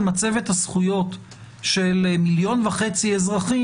מצבת הזכויות של מיליון וחצי אזרחים,